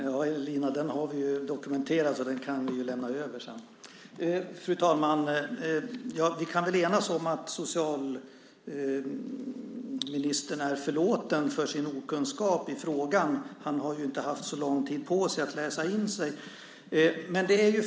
Fru talman! Den resan har vi dokumenterat, och vi kan överlämna den dokumentationen senare. Vi kan väl enas om att socialministern är förlåten för sin okunskap i frågan. Han har ju inte haft så lång tid på sig att läsa in sig på den.